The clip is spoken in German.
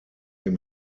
ihm